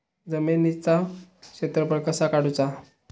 जमिनीचो क्षेत्रफळ कसा काढुचा?